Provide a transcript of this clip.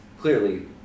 clearly